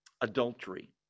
adultery